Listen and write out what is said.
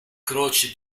croce